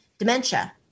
dementia